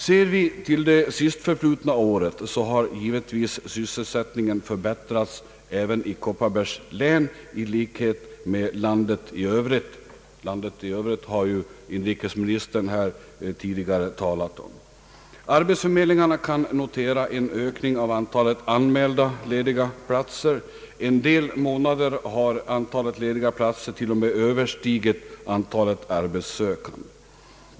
Ser vi till det sistförflutna året har givetvis sysselsättningen förbättrats även i Kopparbergs län i likhet med i landet i övrigt — inrikesministern har ju här talat om situationen totalt i landet. Arbetsförmedlingarna även i Kopparbergs län kan notera en ökning av antalet anmälda lediga platser. En del månader har antalet lediga platser till och med överstigit antalet arbetssökande.